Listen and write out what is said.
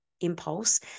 impulse